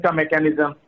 mechanism